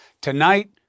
Tonight